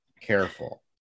Careful